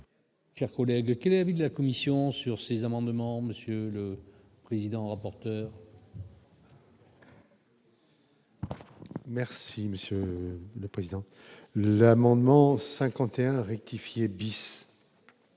Chers collègues, quelle avec la Commission sur ces amendements, Monsieur le Président, rapporteur. Merci Monsieur le Président l'amendement 51 rectifier bis,